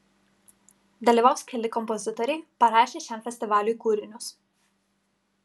dalyvaus keli kompozitoriai parašę šiam festivaliui kūrinius